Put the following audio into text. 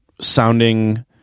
sounding